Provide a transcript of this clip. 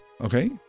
Okay